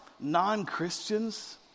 non-Christians